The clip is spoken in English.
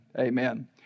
amen